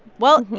well,